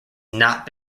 not